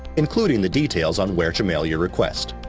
including the details on where to mail your request.